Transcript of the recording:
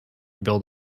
build